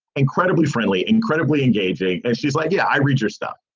incredibly friendly, incredibly engaging. and she's like, yeah, i read your stuff.